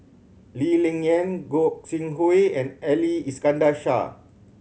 Lee Ling Yen Gog Sing Hooi and Ali Iskandar Shah